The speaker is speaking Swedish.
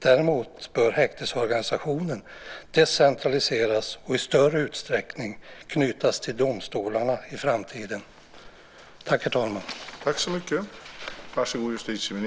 Däremot bör häktesorganisationen decentraliseras och i större utsträckning knytas till domstolarna i framtiden.